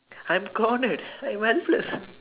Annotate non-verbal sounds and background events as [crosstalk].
I'm cornered I went first [laughs]